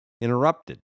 interrupted